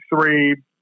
three